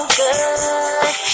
good